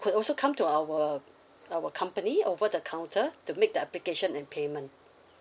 could also come to our our company over the counter to make the application and payment